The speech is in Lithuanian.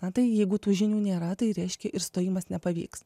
na tai jeigu tų žinių nėra tai reiškia ir stojimas nepavyks